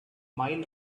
mile